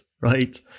Right